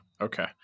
Okay